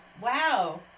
Wow